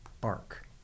bark